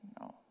No